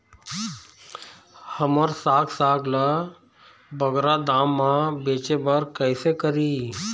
हमर साग साग ला बगरा दाम मा बेचे बर कइसे करी?